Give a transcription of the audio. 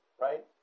right